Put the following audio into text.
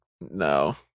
no